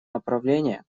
направление